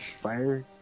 fire